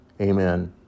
Amen